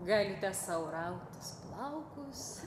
galite sau rautis plaukus